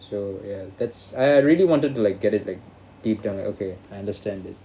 so ya that's I really wanted to like get it like deep down like okay I understand it